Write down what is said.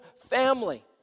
family